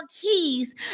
keys